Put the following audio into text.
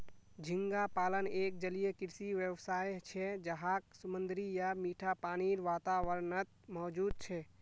झींगा पालन एक जलीय कृषि व्यवसाय छे जहाक समुद्री या मीठा पानीर वातावरणत मौजूद छे